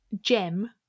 gem